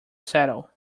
settle